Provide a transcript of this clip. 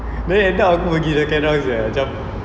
then end up aku pergi the kandang sia macam